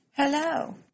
Hello